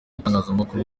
itangazamakuru